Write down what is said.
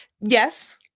yes